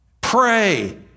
Pray